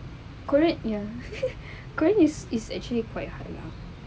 korean ya korean is is actually quite hard lah